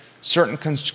certain